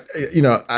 you know,